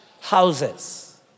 houses